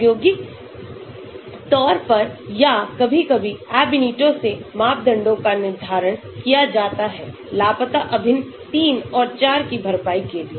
प्रायोगिक तौर पर या कभी कभी Ab initio से मापदंडों का निर्धारण किया जाता है लापता अभिन्न तीन और चार की भरपाई के लिए